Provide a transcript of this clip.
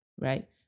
right